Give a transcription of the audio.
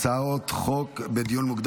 את יודעת, אני באמת סבלן ובאמת מנסה להיות ממלכתי,